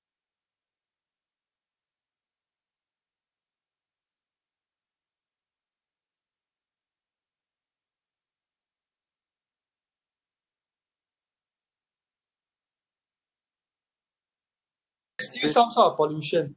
it's still some sort of pollution